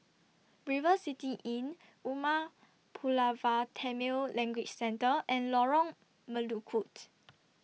River City Inn Umar Pulavar Tamil Language Centre and Lorong Melukut